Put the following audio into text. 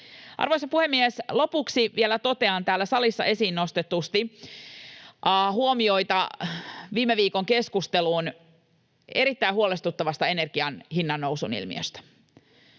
Arvoisa puhemies! Lopuksi vielä totean täällä salissa esiin nostetusti huomioita viime viikon keskusteluun erittäin huolestuttavasta energian hinnannousun ilmiöstä.